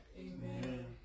Amen